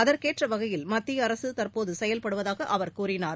அதற்கேற்ற வகையில் மத்தியஅரசு தற்போது செயல்படுவதாகஅவர் கூறினார்